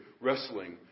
wrestling